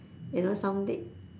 you know some they